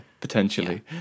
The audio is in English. potentially